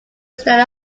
stella